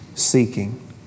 seeking